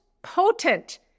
potent